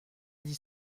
dix